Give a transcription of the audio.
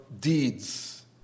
deeds